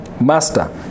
Master